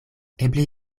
eble